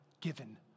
given